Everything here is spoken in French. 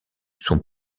son